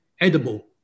edible